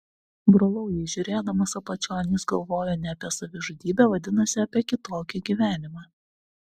brolau jei žiūrėdamas apačion jis galvojo ne apie savižudybę vadinasi apie kitokį gyvenimą